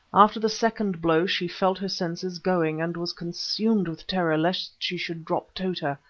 after the second blow she felt her senses going, and was consumed with terror lest she should drop tota.